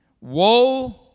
Woe